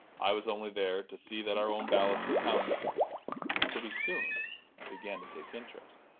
i was only there to see that our own ballots were counted but pretty soon i began to take interest.